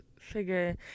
figure